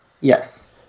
Yes